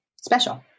special